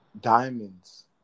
diamonds